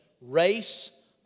race